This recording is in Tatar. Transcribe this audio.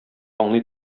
аңлый